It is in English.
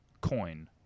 coin